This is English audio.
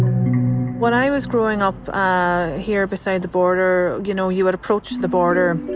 when i was growing up ah here beside the border, you know, you would approach the border.